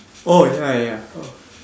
oh ya ya ya oh